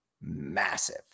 massive